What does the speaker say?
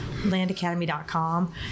landacademy.com